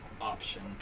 option